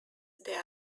there